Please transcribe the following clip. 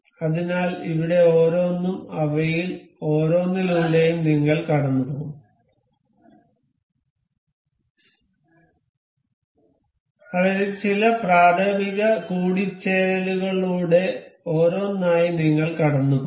അതിനാൽ അവിടെ ഓരോന്നും അവയിൽ ഓരോന്നിലൂടെയും നിങ്ങൾ കടന്നുപോകും അവരിൽ ചില പ്രാഥമിക കൂടിച്ചേരുകളിലൂടെ ഓരോന്നായി നിങ്ങൾ കടന്നുപോകും